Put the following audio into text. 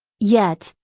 yet,